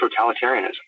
totalitarianism